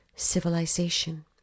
civilization